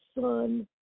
son